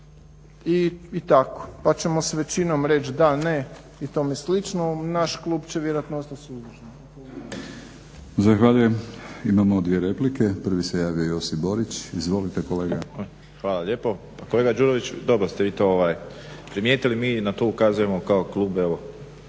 i tako pa ćemo s većinom reći da, ne i tome slično. Naš klub će vjerojatno ostat